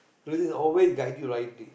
religion always guide you right